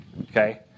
okay